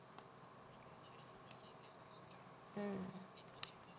mm